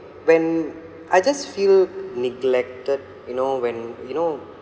when I just feel neglected you know when you know